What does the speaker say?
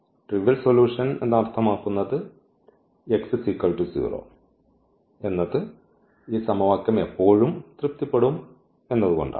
trivial solution അർത്ഥമാക്കുന്നത് x0 എന്നത് ഈ സമവാക്യം എപ്പോഴും തൃപ്തിപ്പെടും എന്നതുകൊണ്ടാണ്